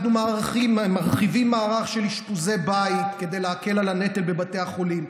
אנחנו מרחיבים מערך של אשפוזי בית כדי להקל על הנטל בבתי החולים,